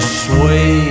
sway